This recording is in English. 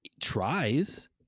tries